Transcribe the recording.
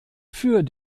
für